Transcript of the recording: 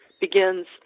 begins